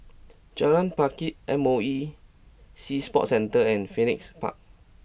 Jalan Pakis M O E Sea Sports Centre and Phoenix Park